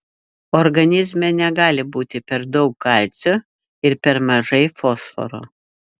organizme negali būti per daug kalcio ir per mažai fosforo